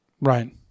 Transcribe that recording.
Right